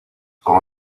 con